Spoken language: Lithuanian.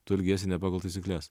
tu elgiesi ne pagal taisykles